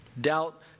Doubt